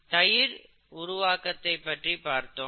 தயிர் உருவாக்கத்தைப் பற்றி பார்த்தோம்